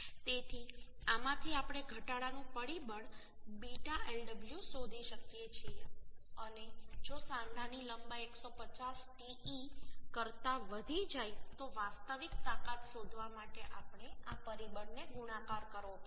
તેથી આમાંથી આપણે ઘટાડાનું પરિબળ β Lw શોધી શકીએ છીએ અને જો સાંધાની લંબાઈ 150te કરતાં વધી જાય તો વાસ્તવિક તાકાત શોધવા માટે આપણે આ પરિબળને ગુણાકાર કરવો પડશે